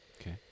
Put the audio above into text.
Okay